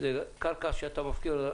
זו קרקע שאתה מפקיר.